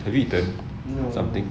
have you eaten something